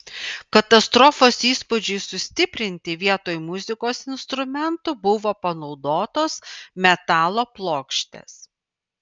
katastrofos įspūdžiui sustiprinti vietoj muzikos instrumentų buvo panaudotos metalo plokštės